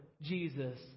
Jesus